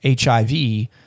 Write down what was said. HIV